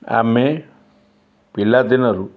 ଆମେ ପିଲାଦିନରୁ